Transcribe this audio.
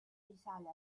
risale